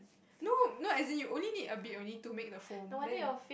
no no as in you only need a bit only to make the foam then